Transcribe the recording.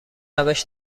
روش